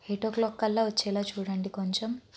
eight o'clock కల్లా వచ్చేలా చూడండి కొంచెం